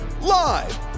live